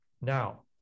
Now